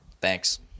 thanks